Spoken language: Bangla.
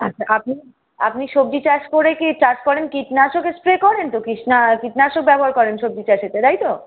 আচ্ছা আপনি আপনি সবজি চাষ করে কি চাষ করেন কীটনাশকের স্প্রে করেন তো কৃষ্ণা কীটনাশক ব্যবহার করেন সবজি চাষেতে তাই তো